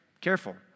Careful